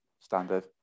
standard